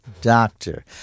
doctor